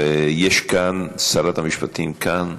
שרת המשפטים כאן?